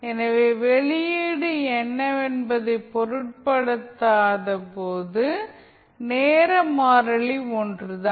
எனவே வெளியீடு என்னவென்பதை பொருட்படுத்தாத போது நேர மாறிலி ஒன்றுதான்